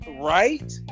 right